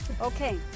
Okay